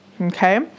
Okay